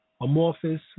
amorphous